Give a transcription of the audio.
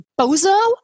bozo